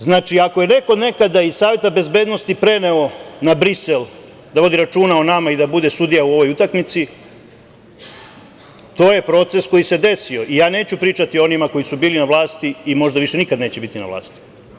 Znači, ako je neko nekada iz Saveta bezbednosti preneo na Brisel da vodi računa o nama i da bude sudija u ovoj utakmici, to je proces koji se desio i ja neću pričati o onima koji su bili na vlasti i možda više nikad neće biti na vlasti.